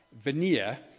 veneer